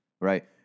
Right